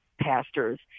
pastors